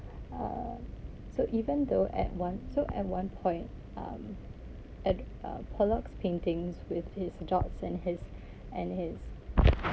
uh so even though at one so at one point uh at pollock's paintings with his dogs and his and his